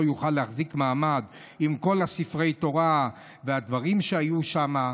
יוכל להחזיק מעמד עם כל ספרי התורה והדברים שהיו שם.